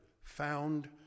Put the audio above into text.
found